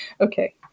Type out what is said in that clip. okay